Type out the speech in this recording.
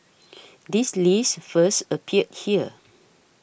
this list first appeared here